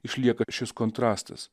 išlieka šis kontrastas